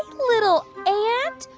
little ant,